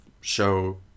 show